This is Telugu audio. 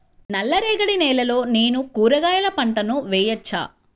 నల్ల రేగడి నేలలో నేను కూరగాయల పంటను వేయచ్చా?